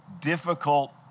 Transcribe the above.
difficult